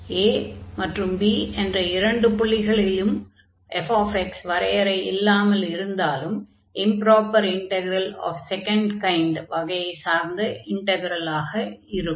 a மற்றும் b என்ற இரண்டு புள்ளிகளிலும் fx வரையறை இல்லாமல் இருந்தாலும் improper integral of second kind வகையைச் சார்ந்த இன்டக்ரலாக இருக்கும்